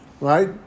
right